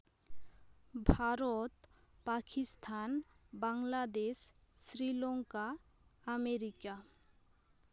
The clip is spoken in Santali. ᱵᱷᱟᱨᱚᱛ ᱯᱟᱠᱤᱥᱛᱷᱟᱱ ᱵᱟᱝᱞᱟᱫᱮᱥ ᱥᱨᱤᱞᱚᱝᱠᱟ ᱟᱢᱮᱨᱤᱠᱟ